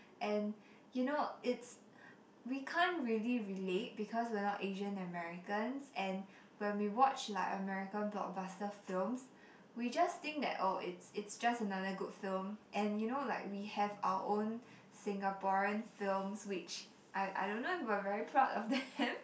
and you know it's we can't really relate because we're not Asian Americans and when we watch like American blockbuster films we just think that oh it's it's just another good film and you know like we have our own Singaporean films which I I don't know if we're very proud of them